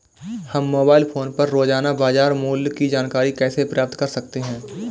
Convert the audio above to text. हम mobile phone पर रोजाना बाजार मूल्य की जानकारी कैसे प्राप्त कर सकते हैं?